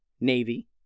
Navy